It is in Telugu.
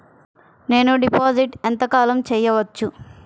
నేను డిపాజిట్ ఎంత కాలం చెయ్యవచ్చు?